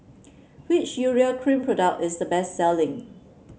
which Urea Cream product is the best selling